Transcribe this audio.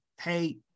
hey